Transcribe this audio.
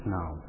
now